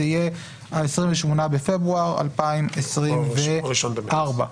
זה יהיה ה-28 בפברואר 2024. או 1 במרס.